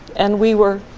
and we were,